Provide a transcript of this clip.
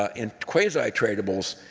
ah in quasi-tradables,